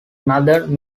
northern